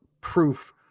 proof